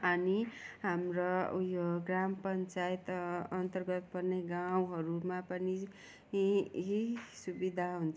अनि हाम्रा उयो ग्राम पञ्चायत अन्तर्गत पर्ने गाउँहरूमा पनि यी यी सुविधा हुन्छ